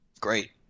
Great